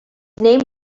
name